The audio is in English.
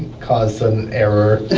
caused an error.